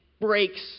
breaks